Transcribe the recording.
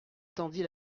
tendit